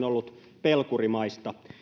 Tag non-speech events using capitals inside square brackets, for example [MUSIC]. [UNINTELLIGIBLE] ollut pelkurimaista